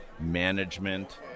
management